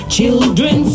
Children